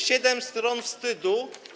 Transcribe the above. Siedem stron wstydu.